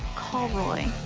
call roy.